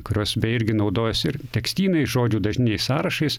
kurios beje irgi naudojasi ir tekstynais žodžių dažniniais sąrašais